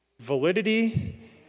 Validity